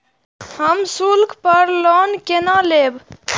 हम स्कूल पर लोन केना लैब?